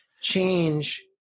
change